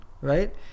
right